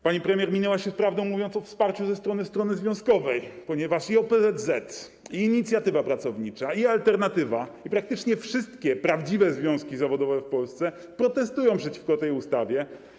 Pani premier minęła się z prawdą, mówiąc o wsparciu ze strony związkowej, ponieważ OPZZ, Inicjatywa Pracownicza, Alternatywa i praktycznie wszystkie prawdziwe związki zawodowe w Polsce protestują przeciwko tej ustawie.